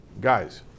guys